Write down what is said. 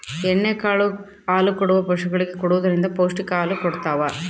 ಎಣ್ಣೆ ಕಾಳು ಹಾಲುಕೊಡುವ ಪಶುಗಳಿಗೆ ಕೊಡುವುದರಿಂದ ಪೌಷ್ಟಿಕ ಹಾಲು ಕೊಡತಾವ